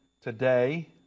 Today